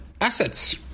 assets